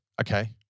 Okay